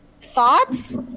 thoughts